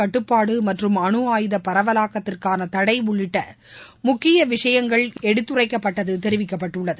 கட்டுப்பாடு மற்றும் அணு ஆயுத பரவலக்கத்திற்கான தடை உள்ளிட்ட முக்கிய விஷயங்கள் எடுத்துரைக்கப்பட்டது தெரிவிக்கப்பட்டுள்ளது